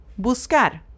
buscar